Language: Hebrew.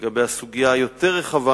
לגבי הסוגיה הרחבה